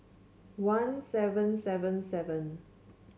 one seven seven seven